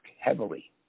heavily